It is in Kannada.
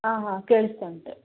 ಹಾಂ ಹಾಂ ಕೇಳಿಸ್ತಾ ಉಂಟು